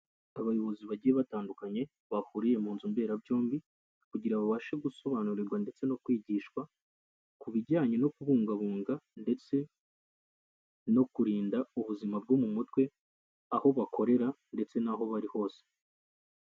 Abayobozi bagiye batandukanye bahuriye mu nzu mberabyombi kugira babashe gusobanurirwa ndetse no kwigishwa ku bijyanye no kubungabunga ndetse no kurinda ubuzima bwo mu mutwe, aho bakorera ndetse n'aho bari hose.